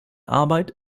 arbeit